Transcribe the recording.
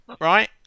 right